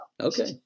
Okay